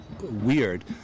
weird